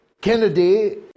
Kennedy